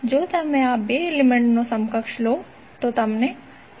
જો તમે આ 2 એલિમેન્ટ્સનુ સમકક્ષ લો તો તમને 10